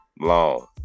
long